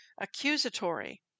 accusatory